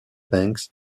banks